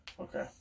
Okay